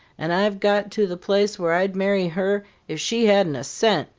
and i've got to the place where i'd marry her if she hadn't a cent.